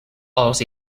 els